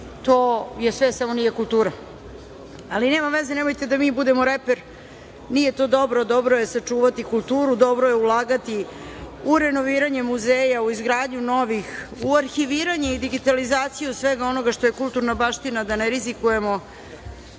to je sve samo nije kultura. Ali nema veze, nemojte da mi budemo reper, nije to dobro, dobro je sačuvati kulturu, dobro je ulagati u renoviranje muzeja, u izgradnju novih, u arhiviranje i digitalizaciju svega onoga što je kulturna baština, da ne rizikujemo